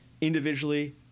Individually